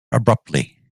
abruptly